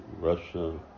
Russia